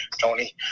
Tony